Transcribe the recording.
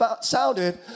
sounded